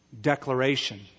declaration